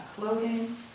clothing